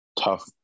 tough